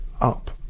up